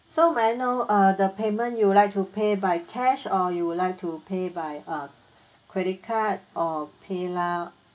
so may I know err the payment you would like to pay by cash or you would like to pay by uh credit card or PayLah